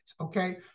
Okay